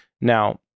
Now